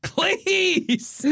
Please